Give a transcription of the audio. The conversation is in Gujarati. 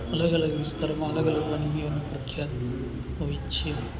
અલગ અલગ વિસ્તારમાં અલગ અલગ વાનગીઓનો પ્રખ્યાત હોય છે